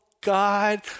God